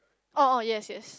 orh orh yes yes